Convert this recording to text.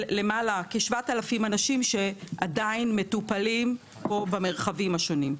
כ-7,000 אנשים שעדיין מטופלים פה במרחבים השונים.